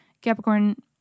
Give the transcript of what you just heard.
capricorn